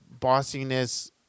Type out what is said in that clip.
bossiness